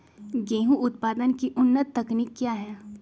गेंहू उत्पादन की उन्नत तकनीक क्या है?